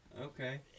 Okay